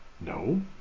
No